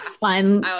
fun